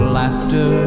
laughter